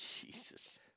Jesus